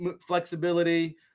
flexibility